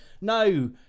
No